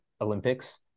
olympics